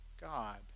God